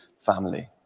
family